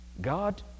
God